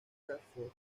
crawford